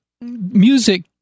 music